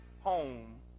home